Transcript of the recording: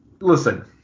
listen